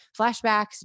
flashbacks